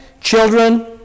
children